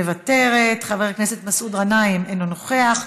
מוותרת, חבר הכנסת מסעוד גנאים, אינו נוכח,